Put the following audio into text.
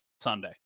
Sunday